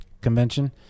convention